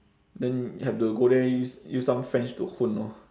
then have to go there use use some french to 混 orh